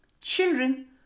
Children